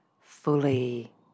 fully